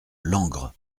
langres